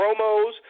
promos